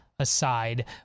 aside